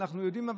אנחנו יודעים,